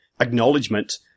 acknowledgement